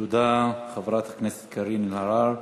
תודה לחברת הכנסת קארין אלהרר.